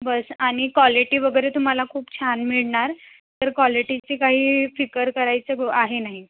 बस आणि क्वालेटी वगैरे तुम्हाला खूप छान मिळणार तर क्वालेटीची काही फिकर करायचं आहे नाही